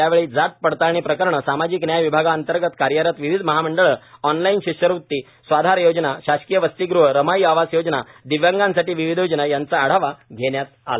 यावेळी जातपडताळणी प्रकरणे सामाजिक न्याय विभागाअंतर्गत कार्यरत विविध महामंडळे ऑनलाईन शिष्यवृती स्वाधार योजना शासकीय वसतीगृहे रमाई आवास योजना दिव्यांगांसाठी विविध योजना यांचा आढावा घेण्यात आला